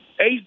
eight